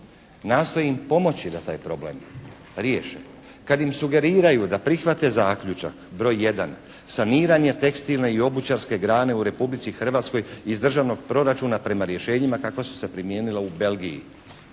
nastoje im pomoći da taj problem riješe, kad im sugeriraju da prihvate zaključak broj 1. saniranja tekstilne i obućarske grane u Republici Hrvatskoj iz državnog proračuna prema rješenjima kakva su se primijenila u Belgiji.